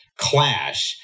clash